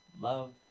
love